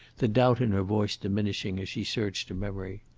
the doubt in her voice diminishing as she searched her memory.